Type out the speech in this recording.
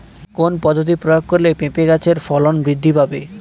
কোন পদ্ধতি প্রয়োগ করলে পেঁপে গাছের ফলন বৃদ্ধি পাবে?